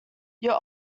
your